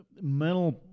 mental